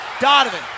Donovan